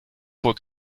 vor